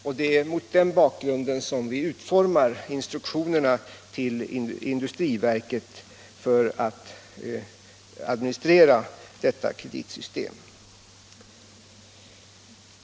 Och det är mot den bakgrunden vi utformar instruktionerna till industriverket för att administrera detta kreditsystem.